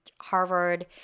Harvard